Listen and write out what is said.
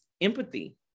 empathy